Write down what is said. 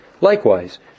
Likewise